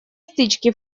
стычки